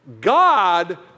God